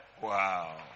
Wow